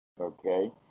Okay